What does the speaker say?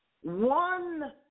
one